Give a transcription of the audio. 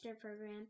Program